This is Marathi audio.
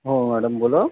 हो मॅडम बोला